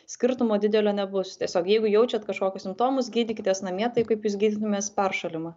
skirtumo didelio nebus tiesiog jeigu jaučiat kažkokius simptomus gydykitės namie taip kaip jūs gydytumėtės peršalimą